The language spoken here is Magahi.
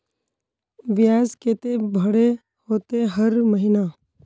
बियाज केते भरे होते हर महीना?